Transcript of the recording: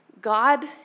God